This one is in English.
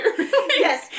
Yes